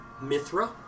Mithra